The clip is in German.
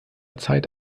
zeit